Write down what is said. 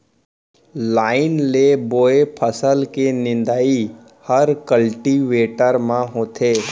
line ले बोए फसल के निंदई हर कल्टीवेटर म होथे